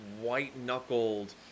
white-knuckled